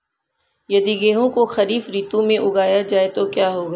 यदि गेहूँ को खरीफ ऋतु में उगाया जाए तो क्या होगा?